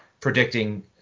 predicting